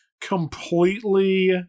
completely